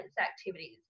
activities